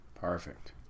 Perfect